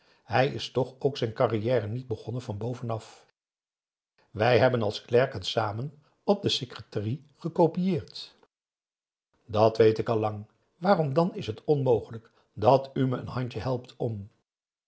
hij is toch ook zijn carrière niet begonnen van boven af wij hebben als klerken samen op de secretarie gecopieerd dat weet ik al lang waarom dan is het onmogelijk dat u me een handje helpt om